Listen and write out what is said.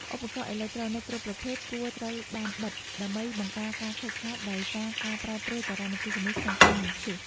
ឧបករណ៍អេឡិចត្រូនិចគ្រប់ប្រភេទគួរត្រូវបានបិទដើម្បីបង្ការការខូចខាតដោយសារការប្រែប្រួលចរន្តអគ្គិសនីក្នុងពេលមានព្យុះ។